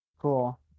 Cool